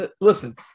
Listen